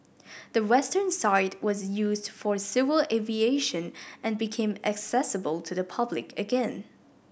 the western side was used for civil aviation and became accessible to the public again